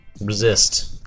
Resist